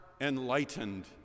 enlightened